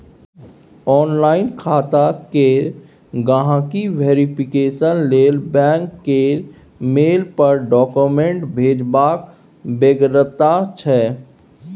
online खाता केर गांहिकी वेरिफिकेशन लेल बैंक केर मेल पर डाक्यूमेंट्स भेजबाक बेगरता छै